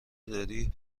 داری